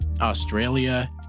Australia